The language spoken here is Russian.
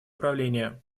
управление